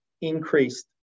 increased